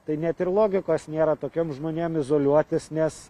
tai net ir logikos nėra tokiem žmonėm izoliuotis nes